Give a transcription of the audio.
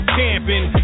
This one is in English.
camping